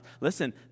Listen